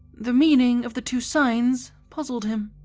the meaning of the two signs puzzled him,